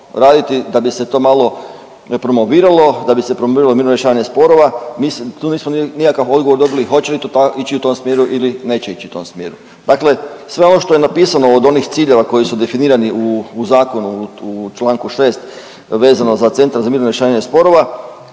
raditi da bi se to malo promoviralo, da bi se promoviralo mirno rješavanje sporova mislim tu nismo nikakav odgovor dobili hoće li to ići u tom smjeru ili neće ići u tom smjeru. Dakle, sve ono što je napisano od onih ciljeva koji su definirani u zakonu u čl. 6. vezano za centar za mirno rješavanje sporova,